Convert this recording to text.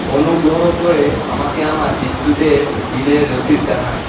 অনুগ্রহ করে আমাকে আমার বিদ্যুতের বিলের রসিদ দেখান